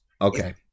Okay